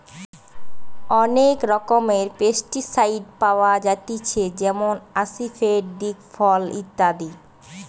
অনেক রকমের পেস্টিসাইড পাওয়া যায়তিছে যেমন আসিফেট, দিকফল ইত্যাদি